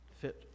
fit